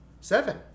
Seven